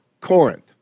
Corinth